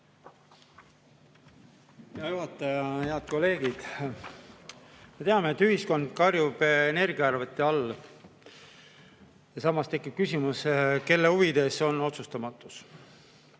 Hea juhataja! Head kolleegid! Me teame, et ühiskond karjub energiaarvete all. Ja samas tekib küsimus, kelle huvides on otsustamatus.